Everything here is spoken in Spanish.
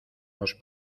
los